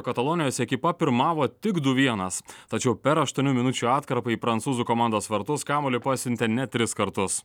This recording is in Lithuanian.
katalonijos ekipa pirmavo tik du vienas tačiau per aštuonių minučių atkarpą į prancūzų komandos vartus kamuolį pasiuntė net tris kartus